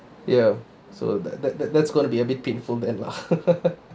ya so that that that that's going to be a bit painful man lah